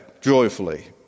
joyfully